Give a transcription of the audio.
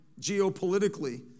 Geopolitically